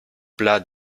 plat